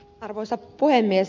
arvoisa puhemies